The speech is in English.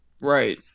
Right